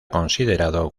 considerado